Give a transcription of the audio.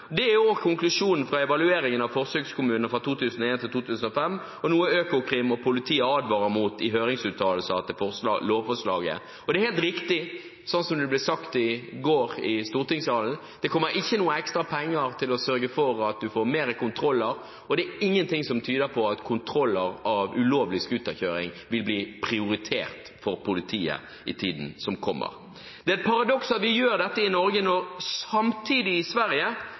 Det er også konklusjonen fra evalueringen av forsøkskommunene fra 2001 til 2005, og noe Økokrim og politiet advarer mot i høringsuttalelser til lovforslaget. Det er helt riktig, det som ble sagt i stortingssalen i går: Det kommer ikke noe ekstra penger for å sørge for at en får flere kontroller, og det er ingen ting som tyder på at kontroller av ulovlig scooterkjøring vil bli prioritert av politiet i tiden som kommer. Det er et paradoks at vi gjør dette i Norge, når de samtidig i Sverige